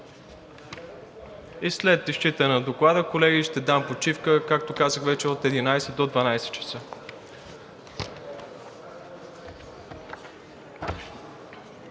След изчитане на Доклада, колеги, ще дам почивка, както казах вече, от 11,00 до 12,00 ч.